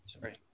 Sorry